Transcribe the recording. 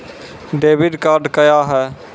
Debit card क्या हैं?